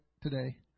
today